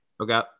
Okay